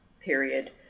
period